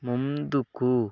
ముందుకు